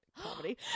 comedy